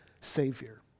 savior